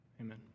Amen